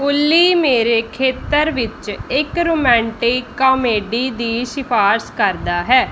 ਓਲੀ ਮੇਰੇ ਖੇਤਰ ਵਿੱਚ ਇੱਕ ਰੋਮੈਂਟਿਕ ਕਾਮੇਡੀ ਦੀ ਸ਼ਿਫਾਰਸ਼ ਕਰਦਾ ਹੈ